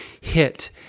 hit